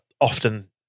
often